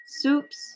soups